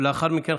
ולאחר מכן,